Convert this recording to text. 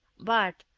bart,